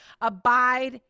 Abide